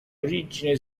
origine